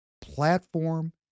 platform